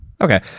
Okay